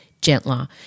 gentler